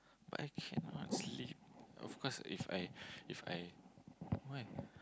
but I cannot sleep of course If I If I why